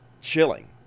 chilling